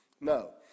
No